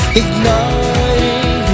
igniting